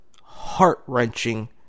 heart-wrenching